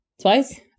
Twice